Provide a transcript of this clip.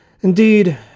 Indeed